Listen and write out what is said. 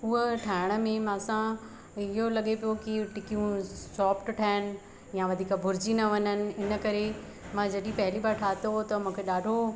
हूअ ठाहिण में ई मूंसां इहो लगे पियो की टिक्कियूं सोफ्ट ठहण या वधीक भुरजी न वञनि इन करे मां जॾहिं पहली बार ठातो हुओ त मूंखे ॾाढो